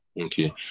Okay